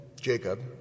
Jacob